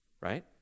right